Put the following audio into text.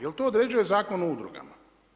Jel to određuje Zakon o udrugama?